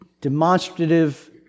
demonstrative